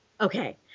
Okay